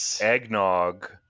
eggnog